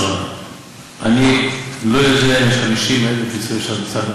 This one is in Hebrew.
כבוד השרה, אני לא יודע אם יש 50,000 ניצולי שואה.